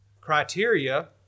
criteria